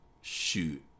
Shoot